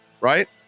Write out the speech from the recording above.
right